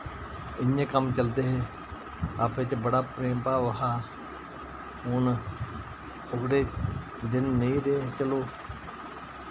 इयां कम्म चलदे हे आप्पे च बड़ा प्रेम भाव हा हु'न ओह्कड़े दिन नेईं रेह् चलो